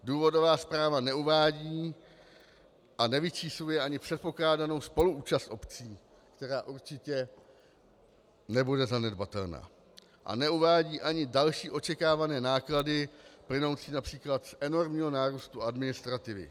Důvodová zpráva neuvádí a nevyčísluje ani předpokládanou spoluúčast obcí, která určitě nebude zanedbatelná, a neuvádí ani další očekávané náklady plynoucí například z enormního nárůstu administrativy.